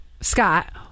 Scott